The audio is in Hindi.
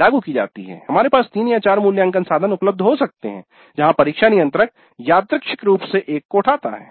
लागू की जाती है हमारे पास तीन या चार मूल्यांकन साधन उपलब्ध हो सकते हैं जहां परीक्षा नियंत्रक यादृच्छिक रूप से एक को उठाता है